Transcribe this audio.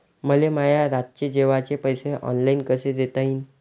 मले माया रातचे जेवाचे पैसे ऑनलाईन कसे देता येईन?